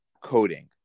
coding